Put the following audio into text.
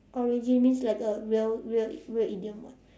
origin means like a real real real idiom [what]